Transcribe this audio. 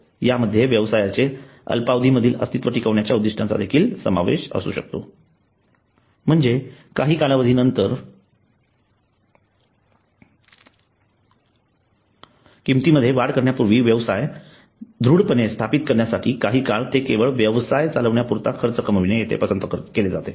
यामध्ये व्यवसायाचे अल्पावधी मधील अस्तित्व टिकविण्याच्या उद्दिष्टांचा देखील समावेश असू शकतो म्हणजेच काही कालावधी नंतर किमती मध्ये वाढ करण्यापूर्वी व्यवसाय दृढपणे स्थापित करण्यासाठी काही काळ ते केवळ व्यवसाय चालविण्यापुरता खर्च कमविणे येथे पसंद केले जाते